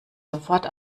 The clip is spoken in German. sofort